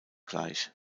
gleich